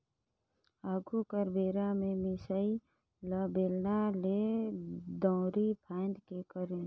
आघु कर बेरा में मिसाई ल बेलना ले, दंउरी फांएद के करे